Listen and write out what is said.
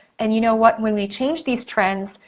and you know what, when we change these trends,